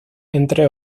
entre